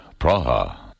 Praha